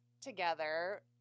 together